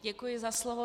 Děkuji za slovo.